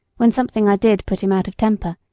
when something i did put him out of temper,